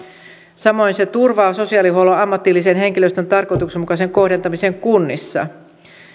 samoin se turvaa sosiaalihuollon ammatillisen henkilöstön tarkoituksenmukaisen kohdentamisen kunnissa